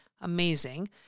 amazing